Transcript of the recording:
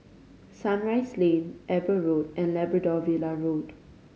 Sunrise Lane Eber Road and Labrador Villa Road